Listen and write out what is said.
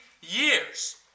years